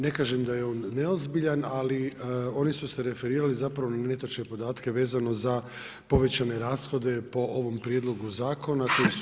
Ne kažem da je on neozbiljan, ali oni su se referirali na netočne podatke vezano za povećane rashode po ovom prijedlogu zakona koji su